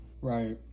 Right